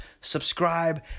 subscribe